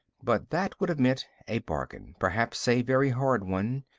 but that would have meant a bargain, perhaps a very hard one,